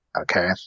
Okay